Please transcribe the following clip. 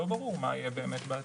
לא ברור מה יהיה בעתיד.